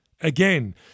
Again